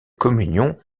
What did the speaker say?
communion